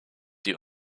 die